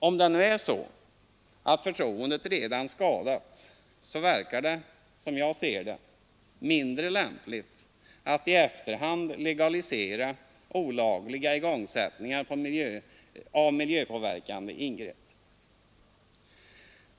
Om det nu är så att förtroendet redan skadats, så verkar det — som jag ser det — mindre lämpligt att i efterhand legalisera olagliga igångsättningar av miljöpåverkande ingrepp.